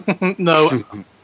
No